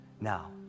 Now